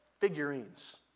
figurines